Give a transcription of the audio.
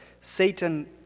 Satan